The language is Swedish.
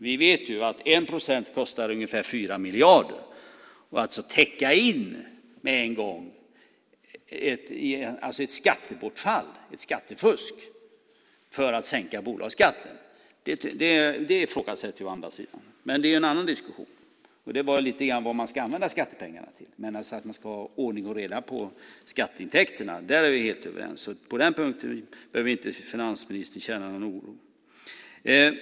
Vi vet ju att en procent kostar ungefär 4 miljarder, och att med en gång täcka in ett skattebortfall, ett skattefusk, för att sänka bolagsskatten, ifrågasätter jag å andra sidan. Men det är en annan diskussion, och det var lite grann vad man ska använda skattepengarna till. Men att man ska ha ordning och reda på skatteintäkterna, där är vi helt överens. På den punkten behöver inte finansministern känna någon oro.